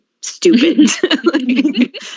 stupid